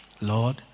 Lord